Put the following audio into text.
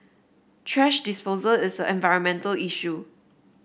thrash disposal is an environmental issue